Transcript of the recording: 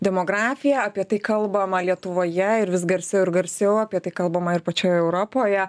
demografija apie tai kalbama lietuvoje ir vis garsiau ir garsiau apie tai kalbama ir pačioj europoje